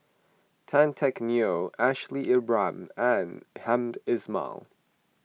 Tan Teck Neo Ashley Isham and Hamed Ismail